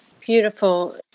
Beautiful